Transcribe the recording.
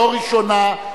לא ראשונה,